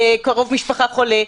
קרוב משפחה חולה.